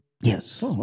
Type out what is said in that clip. Yes